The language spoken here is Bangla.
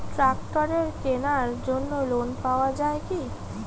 ট্রাক্টরের কেনার জন্য লোন পাওয়া যায় কি?